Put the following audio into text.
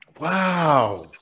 Wow